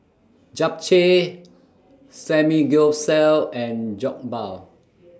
Japchae Samgyeopsal and Jokbal